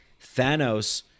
Thanos